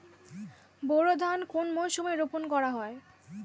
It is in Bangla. বোরো ধান কোন মরশুমে রোপণ করা হয়?